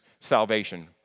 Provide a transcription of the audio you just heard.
salvation